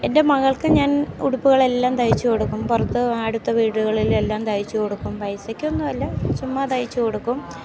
എന്റെ മകൾക്ക് ഞാൻ ഉഡ്യൂപ്പുകള് എല്ലാം തയ്ച്ച് കൊടുക്കും പുറത്ത് അടുത്ത വീടുകളിൽ എല്ലാം തയ്ച്ച് കൊടുക്കും പൈസക്കൊന്നും അല്ല ചുമ്മാ തയ്ച്ച് കൊടുക്കും